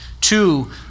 Two